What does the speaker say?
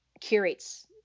curates